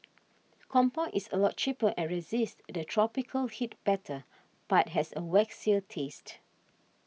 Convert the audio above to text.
Compound is a lot cheaper and resists the tropical heat better but has a waxier taste